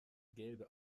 gelbe